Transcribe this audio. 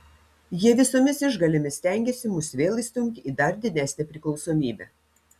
jie visomis išgalėmis stengiasi mus vėl įstumti į dar didesnę priklausomybę